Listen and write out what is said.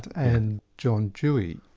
and john dewey.